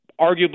arguably